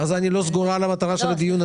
מה זה "אני לא סגורה על המטרה של הדיון הזה"?